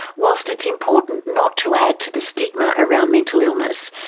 whilst it's important not to add to the stigma around mental illness,